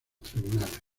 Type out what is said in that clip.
tribunales